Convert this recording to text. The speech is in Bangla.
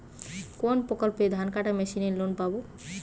কোন প্রকল্পে ধানকাটা মেশিনের লোন পাব?